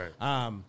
Right